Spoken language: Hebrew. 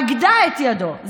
אגדע את ידו.